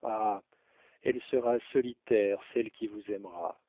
ah elle sera solitaire celle qui vous aimera